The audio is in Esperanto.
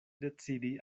decidi